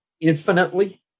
infinitely